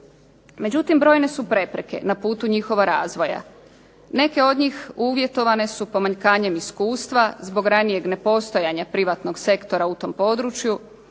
Međutim, brojne su prepreke na putu njihova razvoja. Neke od njih uvjetovane su pomanjkanjem iskustva zbog ranijeg nepostojanja privatnog sektora u tom području,